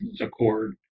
Accord